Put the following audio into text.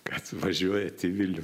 kad važiuojat į vilnių